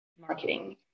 marketing